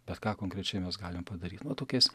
bet ką konkrečiai mes galim padaryt na tokiais